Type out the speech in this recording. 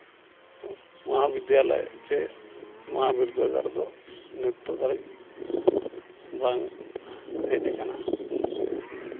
ᱱᱚᱣᱟ ᱵᱤᱫᱽᱫᱟᱞᱚᱭ ᱪᱮ ᱱᱚᱣᱟ ᱵᱤᱨᱫᱟᱹᱜᱟᱲ ᱫᱚ ᱱᱤᱛᱚᱜ ᱫᱷᱟᱹᱨᱤᱡ ᱵᱟᱝ ᱦᱮᱡ ᱟᱠᱟᱱᱟ